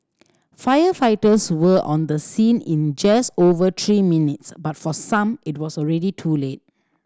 firefighters were on the scene in just over three minutes but for some it was already too late